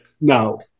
No